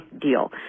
deal